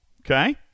Okay